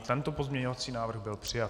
I tento pozměňovací návrh byl přijat.